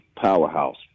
Powerhouse